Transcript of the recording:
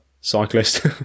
cyclist